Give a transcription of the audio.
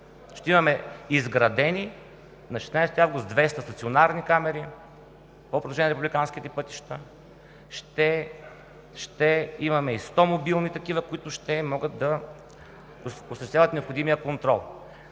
Ще имаме изградени на 16 август 200 стационарни камери по продължение на републиканските пътища, ще имаме и 100 мобилни такива, които ще могат да осъществяват необходимия контрол.